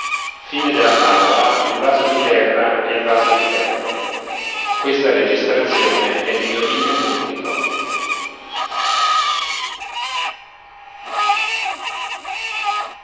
e ora il vaso di terra e il vaso di ferro un vaso di ferro a